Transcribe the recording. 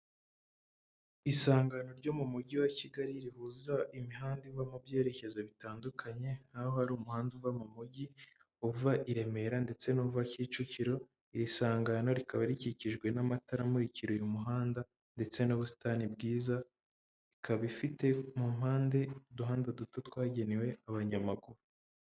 Isangano ryo mu mujyi wa Kigali rihuza imihanda iva mu byerekezo bitandukanye, nkaho hari umuhanda uva mu mujyi uva i Remera ndetse n'uva Kicukiro, iri sangano rikaba rikikijwe n'amatara amurikira uyu muhanda ndetse n'ubusitani bwiza, ikaba ifite mu mpande uduhanda duto twagenewe abanyamaguru.